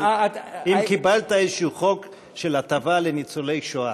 אבל אם קיבלת איזשהו חוק של הטבה לניצולי השואה,